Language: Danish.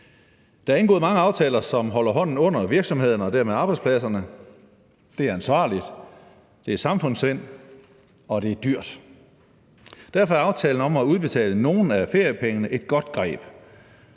Der er indgået mange aftaler, som holder hånden under virksomhederne og dermed arbejdspladserne. Det er ansvarligt, det er samfundssind, og det er dyrt. Derfor er aftalen om at udbetale nogle af feriepengene et godt greb.